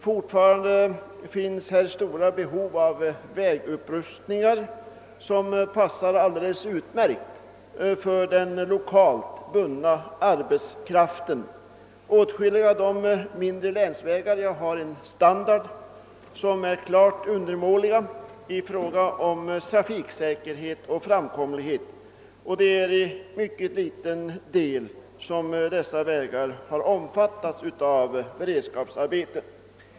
Fortfarande finns där stora behov av vägupprustningar, vilka passar alldeles utmärkt för den lokalt bundna arbetskraften. Åtskilliga av de mindre länsvägarna har en standard som är klart undermålig i fråga om trafiksäkerhet och framkomlighet. Dessa vägar har dock till mycket liten del omfattats av beredskapsarbetet.